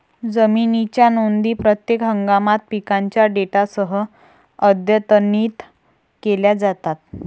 जमिनीच्या नोंदी प्रत्येक हंगामात पिकांच्या डेटासह अद्यतनित केल्या जातात